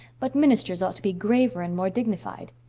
but ministers ought to be graver and more dignified.